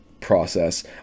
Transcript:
process